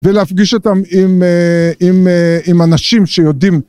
ולהפגיש אותם עם אנשים שיודעים.